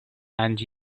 and